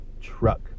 truck